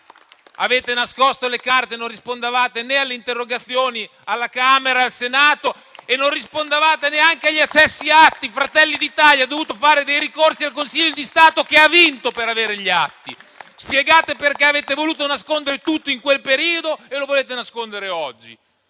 avete nascosto le carte e non rispondevate alle interrogazioni né alla Camera, né al Senato, e non rispondevate neanche agli accessi agli atti. Fratelli d'Italia ha dovuto fare dei ricorsi al Consiglio di Stato - che ha vinto - per avere gli atti. Spiegate perché avete voluto nascondere tutto in quel periodo e lo volete nascondere oggi.